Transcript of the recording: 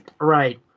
Right